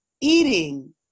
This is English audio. eating